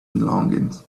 belongings